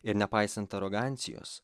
ir nepaisant arogancijos